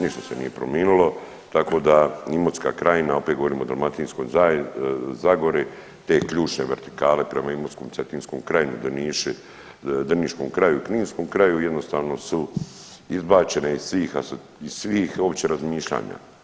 Ništa se nije promijenilo, tako da Imotska krajina opet govorim o Dalmatinskoj zagori te ključne vertikale prema imotskom, cetinskom kraju, drniškom kraju, kninskom kraju jednostavno su izbačene iz svih uopće razmišljanja.